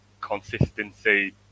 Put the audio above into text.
consistency